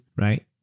right